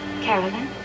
Carolyn